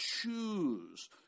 choose